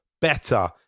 better